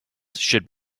should